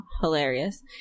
hilarious